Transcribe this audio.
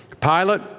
Pilate